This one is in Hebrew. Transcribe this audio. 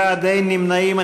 31, נמנע אחד.